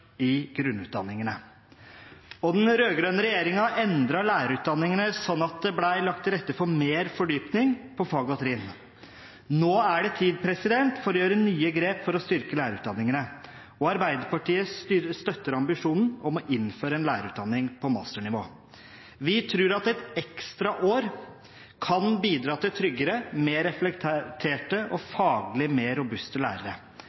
i grunnutdanningene. Den rød-grønne regjeringen endret lærerutdanningen, sånn at det ble lagt til rette for mer fordypning i fag og trinn. Nå er det tid for å gjøre nye grep for å styrke lærerutdanningene, og Arbeiderpartiet støtter ambisjonen om å innføre en lærerutdanning på masternivå. Vi tror at et ekstra år kan bidra til tryggere, mer reflekterte og faglig mer robuste lærere,